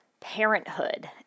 parenthood